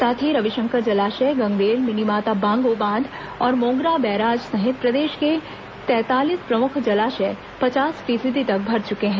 साथ ही रविशंकर जलाशय गंगरेल मिनीमाता बांगो बांध और मोंगरा बैराज सहित प्रदेश के तैंतालीस प्रमुख जलाशय पचास फीसदी तक भर चुके हैं